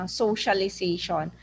socialization